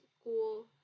school